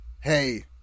hey